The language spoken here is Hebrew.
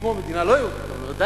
כמו מדינה לא יהודית,